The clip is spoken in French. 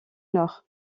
nord